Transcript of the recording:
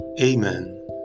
Amen